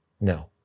No